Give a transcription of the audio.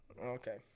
Okay